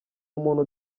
umuntu